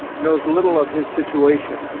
knows little of his situation,